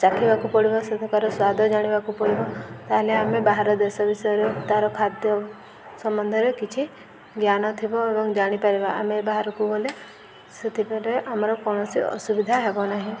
ଚାଖିବାକୁ ପଡ଼ିବ ସେପ୍ରକାର ସ୍ୱାଦ ଜାଣିବାକୁ ପଡ଼ିବ ତା'ହେଲେ ଆମେ ବାହାର ଦେଶ ବିଷୟରେ ତା'ର ଖାଦ୍ୟ ସମ୍ବଦ୍ଧରେ କିଛି ଜ୍ଞାନ ଥିବ ଏବଂ ଜାଣିପାରିବା ଆମେ ବାହାରକୁ ଗଲେ ସେଥି ଆମର କୌଣସି ଅସୁବିଧା ହେବ ନାହିଁ